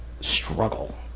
struggle